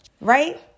right